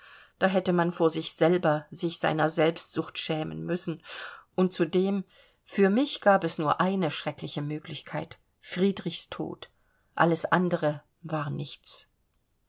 da hätte man vor sich selber sich seiner selbstsucht schämen müssen und zudem für mich gab es nur eine schreckliche möglichkeit friedrichs tod alles andere war nichts